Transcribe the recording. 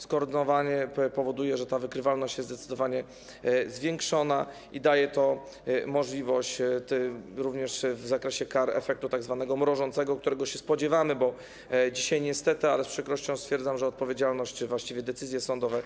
Skoordynowanie powoduje, że ta wykrywalność jest zdecydowanie zwiększona, i daje możliwość, również w zakresie kar, tzw. efektu mrożącego, którego się spodziewamy, bo dzisiaj niestety z przykrością stwierdzam, że odpowiedzialność, a właściwie decyzje sądowe,